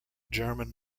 german